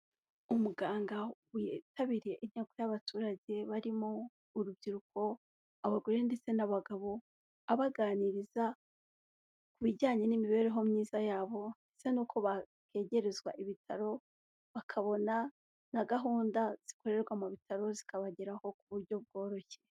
Umuganga witabiriye inteko y'abaturage, barimo urubyiruko, abagore ndetse n'abagabo, abaganiriza ku bijyanye n'imibereho myiza yabo ndetse n'uko bahegerezwa ibitaro bakabona na gahunda zikorerwa mu bitaro zikabageraho ku buryo bworoshye.